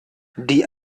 die